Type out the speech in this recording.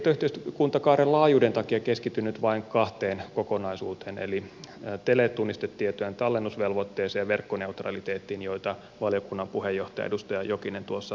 tietoyhteiskuntakaaren laajuuden takia keskityn nyt vain kahteen kokonaisuuteen eli teletunnistetietojen tallennusvelvoitteeseen ja verkkoneutraliteettiin joita valiokunnan puheenjohtaja edustaja jokinen tuossa edellä jo käsitteli